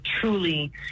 truly